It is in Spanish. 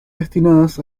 destinadas